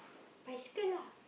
bicycle lah